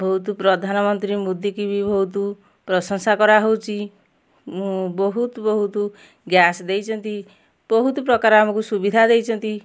ବହୁତ ପ୍ରଧାନମନ୍ତ୍ରୀ ମୋଦି କି ବି ବହୁତ ପ୍ରଶଂସା କରାହଉଛି ମୁଁ ବହୁତ ବହୁତ ଗ୍ୟାସ ଦେଇଛନ୍ତି ବହୁତ ପ୍ରକାର ଆମକୁ ସୁବିଧା ଦେଇଛନ୍ତି